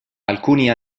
alcuni